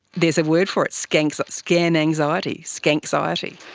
there's a word for it, scan so scan anxiety, scanxiety.